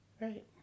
Right